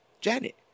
Janet